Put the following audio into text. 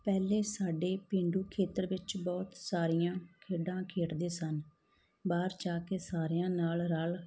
ਪਹਿਲਾਂ ਸਾਡੇ ਪੇਂਡੂ ਖੇਤਰ ਵਿੱਚ ਬਹੁਤ ਸਾਰੀਆਂ ਖੇਡਾਂ ਖੇਡਦੇ ਸਨ ਬਾਹਰ ਜਾ ਕੇ ਸਾਰਿਆਂ ਨਾਲ ਰਲ